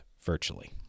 virtually